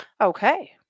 Okay